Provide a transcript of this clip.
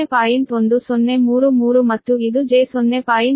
1033 ಮತ್ತು ಇದು j0